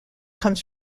comes